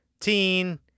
teen